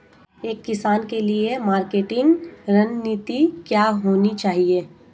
एक किसान के लिए मार्केटिंग रणनीति क्या होनी चाहिए?